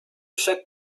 chaque